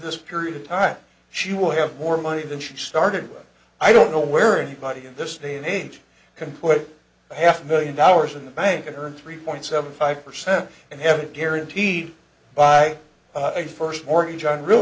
this period of time she will have more money than she started with i don't know where anybody in this day and age can put a half million dollars in the bank and earn three point seven five percent and have a guaranteed by a first mortgage on real